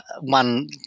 one